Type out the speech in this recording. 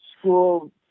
school